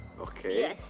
okay